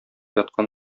яткан